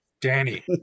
Danny